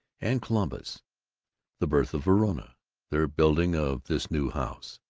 and columbus the birth of verona their building of this new house,